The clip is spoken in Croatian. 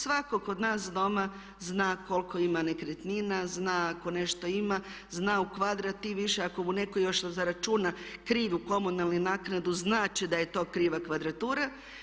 Svakog od nas doma zna koliko ima nekretnina, zna ako nešto ima, zna u kvadrat i više ako mu netko još zaračuna krivu komunalnu naknadu znat će da je to kriva kvadratura.